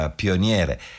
pioniere